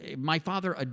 ah my father. ah